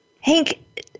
Hank